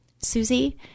Susie